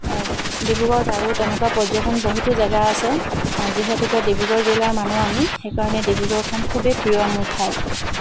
ডিব্ৰুগড়ত আৰু তেনেকুৱা পৰ্যটন বহুতো জাগা আছে যিহেতুকৈ ডিব্ৰুগড় জিলাৰ মানুহ আমি সেই কাৰণে ডিব্ৰুগড়খন খুবেই প্ৰিয় মোৰ ঠাই